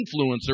influencer